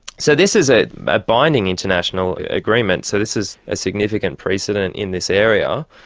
so this is a a binding international agreement, so this is a significant precedent in this area,